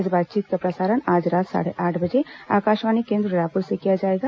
इस बातचीत का प्रसारण आज रात साढ़े आठ बजे आकाशवाणी केन्द्र रायपुर से किया जाएगा